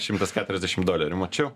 šimtas keturiasdešim dolerių mačiau